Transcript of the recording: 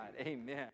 Amen